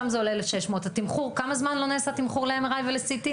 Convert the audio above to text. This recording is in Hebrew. שם זה עולה 1,600. התמחור כמה זמן לא נעשה תמחור ל-MRI ול-CT?